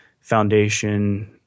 foundation